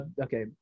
okay